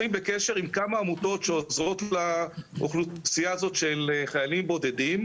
בקשר עם כמה עמותות שעוזרות לאוכלוסייה הזאת של חיילים בודדים,